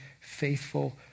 faithful